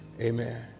amen